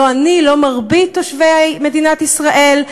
לא אני, לא מרבית תושבי מדינת ישראל.